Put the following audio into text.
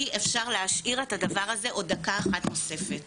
אי אפשר להשאיר את הדבר הזה עוד דקה אחת נוספת.